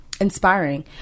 inspiring